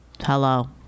Hello